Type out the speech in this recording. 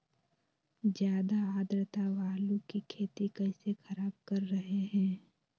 ज्यादा आद्रता आलू की खेती कैसे खराब कर रहे हैं?